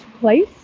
place